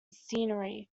scenery